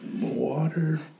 water